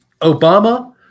Obama